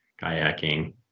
kayaking